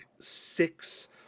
six